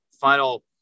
final